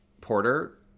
porter